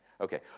Okay